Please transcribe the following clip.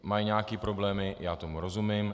Mají nějaké problémy, já tomu rozumím.